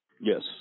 Yes